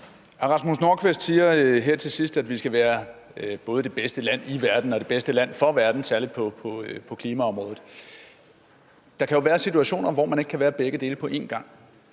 Rasmus Nordqvist siger her til sidst, at vi både skal være det bedste land i verden og det bedste land for verden, særlig på klimaområdet. Men der kan jo være situationer, hvor man ikke kan være begge dele på en gang.